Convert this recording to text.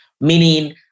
meaning